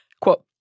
Quote